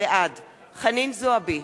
בעד חנין זועבי,